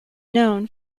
known